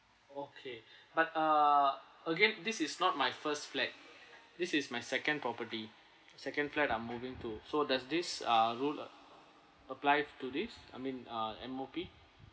okay but uh again this is not my first flat this is my second property second flat I'm moving to so does this ah rule a~ apply to this I mean ah M_O_P